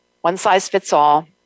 one-size-fits-all